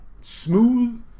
Smooth